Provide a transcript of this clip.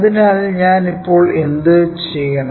അതിനാൽ ഞാൻ ഇപ്പോൾ എന്തുചെയ്യണം